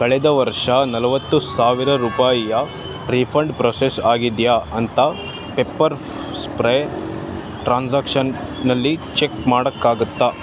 ಕಳೆದ ವರ್ಷ ನಲವತ್ತು ಸಾವಿರ ರೂಪಾಯಿಯ ರೀಫಂಡ್ ಪ್ರೊಸೆಸ್ ಆಗಿದೆಯ ಅಂತ ಪೆಪ್ಪರ್ ಸ್ಪ್ರೇ ಟ್ರಾನ್ಸಾಕ್ಷನ್ನಲ್ಲಿ ಚೆಕ್ ಮಾಡೋಕ್ಕಾಗುತ್ತಾ